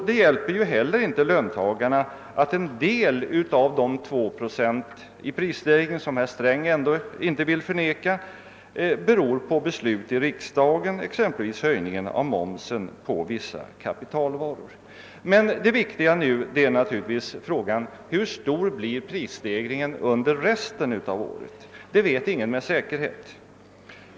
Det hjälper ju inte heller löntagarna att en del av de 2 procenten i prisstegring, som herr Sträng ändå inte vill förneka, beror på beslut i riksdagen, exempelvis höjningen av momsen på vissa kapitalvaror. Men det viktiga är naturligtvis frågan: Hur stor blir prisstegringen under resten av året? Det vet ingen med säkerhet.